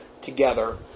together